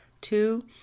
Two